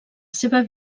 seva